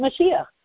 Mashiach